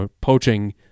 poaching